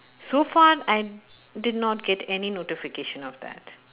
so far I did not get any notification of that